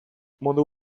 modu